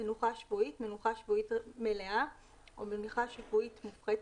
"מנוחה שבועית" מנוחה שבועית מלאה או מנוחה שבועית מופחתת,